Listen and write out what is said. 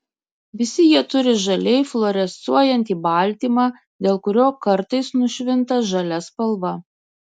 visi jie turi žaliai fluorescuojantį baltymą dėl kurio kartais nušvinta žalia spalva